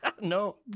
No